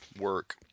work